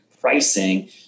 pricing